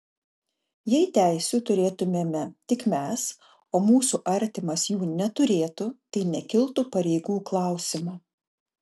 jei teisių turėtumėme tik mes o mūsų artimas jų neturėtų tai nekiltų pareigų klausimo